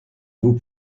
vous